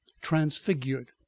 transfigured